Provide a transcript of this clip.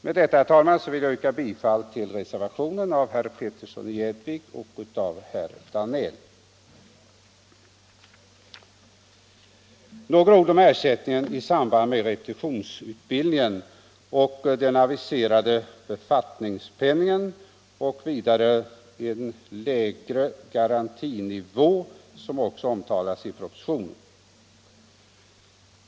Med detta, herr talman, vill jag yrka bifall till reservationen av herr Petersson i Gäddvik och herr Danell. Några ord om ersättningen i samband med repetitionsutbildningen och den aviserade befattningspenningen och den lägre garantinivå, som omtalas i propositionen.